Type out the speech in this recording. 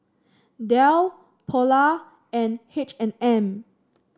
Dell Polar and H and M